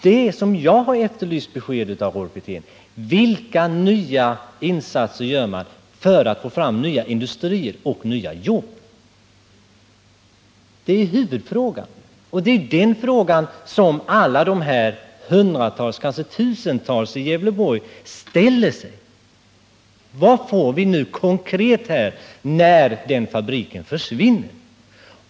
Jag har då efterlyst besked av Rolf Wirtén: Vilka nya insatser gör man för att få fram nya industrier och nya jobb? Det är huvudfrågan, och det är den frågan som alla dessa hundratals — kanske tusentals — människor i Gävleborg ställer sig. Vad får vi nu, när denna fabrik försvinner?